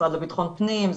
המשרד לביטחון פנים,